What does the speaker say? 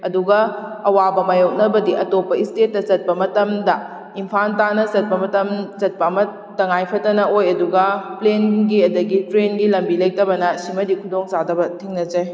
ꯑꯗꯨꯒ ꯑꯋꯥꯕ ꯃꯥꯏꯌꯣꯛꯅꯕꯗꯤ ꯑꯇꯣꯞꯄ ꯏꯁꯇꯦꯠꯇ ꯆꯠꯄ ꯃꯇꯝꯗ ꯏꯝꯐꯥꯜ ꯇꯥꯟꯅ ꯆꯠꯄ ꯃꯇꯝ ꯆꯠꯄ ꯑꯃ ꯇꯉꯥꯏꯐꯗꯅ ꯑꯣꯏ ꯑꯗꯨꯒ ꯄ꯭ꯂꯦꯟꯒꯤ ꯑꯗꯒꯤ ꯇ꯭ꯔꯦꯟꯒꯤ ꯂꯝꯕꯤ ꯂꯩꯇꯕꯅ ꯁꯤꯃꯗꯤ ꯈꯨꯗꯣꯡ ꯆꯥꯗꯕ ꯊꯦꯡꯅꯖꯩ